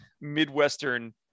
Midwestern